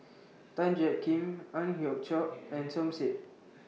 Tan Jiak Kim Ang Hiong Chiok and Som Said